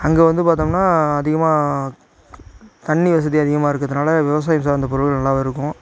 அங்கே வந்து பார்த்தோம்னா அதிகமாக தண்ணி வசதி அதிகமாக இருக்கிறதுனால விவசாயம் சார்ந்த பொருள் நல்லாவே இருக்கும்